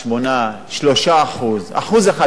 3% 1% זה יותר מדי.